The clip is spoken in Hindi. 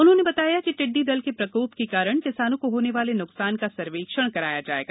उन्होंने बताया कि टिड्डी दल के प्रकोप के कारण किसानों को होने वाले न्कसान का सर्वेक्षण कराया जाएगा